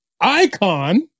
icon